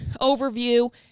overview